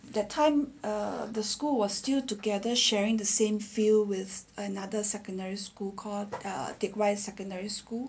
that time err the school was still together sharing the same field with another secondary school called err teck whye secondary school